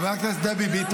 חברת הכנסת ביטון,